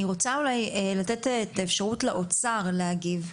אני רוצה אולי לתת את האפשרות לאוצר להגיב,